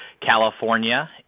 California